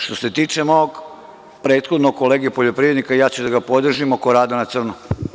Što se tiče mog prethodnog kolege poljoprivrednika, ja ću da ga podržim oko rada na crno.